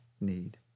need